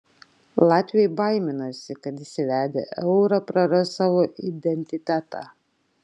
latviai baiminasi kad įsivedę eurą praras savo identitetą